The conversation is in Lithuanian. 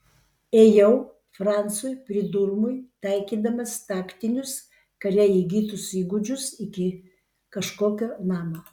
ėjau francui pridurmui taikydamas taktinius kare įgytus įgūdžius iki kažkokio namo